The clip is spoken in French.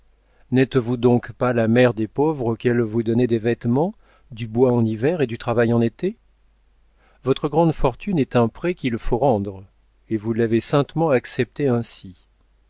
n'êtes-vous donc pas la mère des pauvres auxquels vous donnez des vêtements du bois en hiver et du travail en été votre grande fortune est un prêt qu'il faut rendre et vous l'avez saintement acceptée ainsi